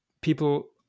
people